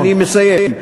אני מסיים.